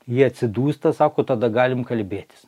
jie atsidūsta sako tada galim kalbėtis